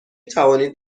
توانید